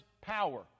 power